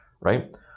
right